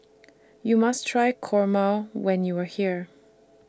YOU must Try Kurma when YOU Are here